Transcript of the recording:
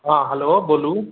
हँ हेलो बोलू